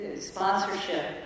sponsorship